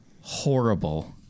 horrible